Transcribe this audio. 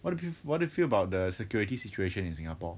what do you what do you feel about the security situation in singapore